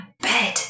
bed